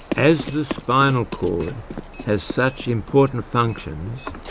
as the spinal cord has such important functions,